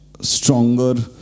stronger